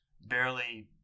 barely